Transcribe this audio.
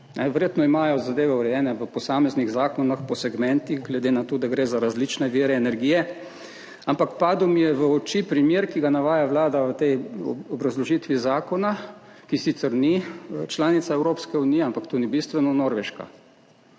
Verjetno imajo zadeve urejene v posameznih zakonih po segmentih, glede na to, da gre za različne vire energije. Ampak padel mi je v oči primer, ki ga navaja Vlada v tej obrazložitvi zakona, ki sicer ni članica Evropske unije, ampak to ni bistveno, Norveška.